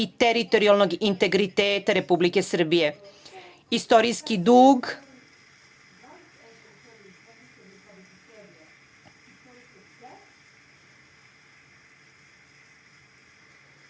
i teritorijalnog integriteta Republike Srbije.